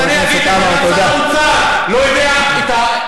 אני אגיד לך, חבר הכנסת עמאר, תודה.